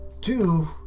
two